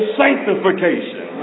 sanctification